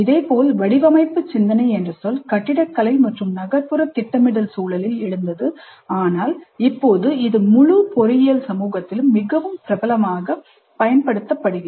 இதேபோல் வடிவமைப்பு சிந்தனை என்ற சொல் கட்டிடக்கலை மற்றும் நகர்ப்புற திட்டமிடல் சூழலில் எழுந்தது ஆனால் இப்போது இது முழு பொறியியல் சமூகத்திலும் மிகவும் பிரபலமாக பயன்படுத்தப்படுகிறது